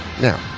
Now